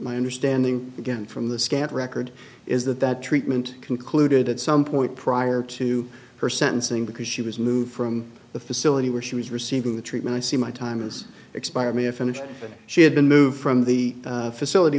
my understanding again from the scant record is that that treatment concluded at some point prior to her sentencing because she was moved from the facility where she was receiving the treatment i see my time has expired me if she had been moved from the facility